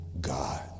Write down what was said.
God